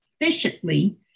efficiently